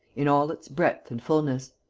in all its breadth and fulness.